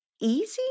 easy